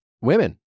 Women